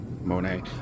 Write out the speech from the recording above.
Monet